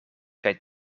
kaj